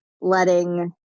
letting